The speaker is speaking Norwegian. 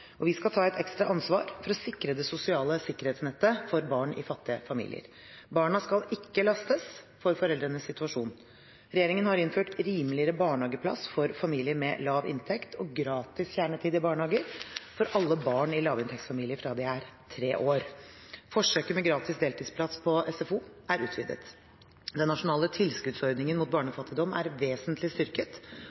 Vi skal ta et ekstra ansvar for å sikre det sosiale sikkerhetsnettet for barn i fattige familier. Barna skal ikke lastes for foreldrenes situasjon. Regjeringen har innført rimeligere barnehageplass for familier med lav inntekt og gratis kjernetid i barnehage for alle barn i lavinntektsfamilier fra de er tre år. Forsøket med gratis deltidsplass på SFO er utvidet. Den nasjonale tilskuddsordningen mot barnefattigdom er vesentlig styrket.